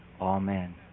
Amen